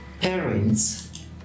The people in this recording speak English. parents